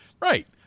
Right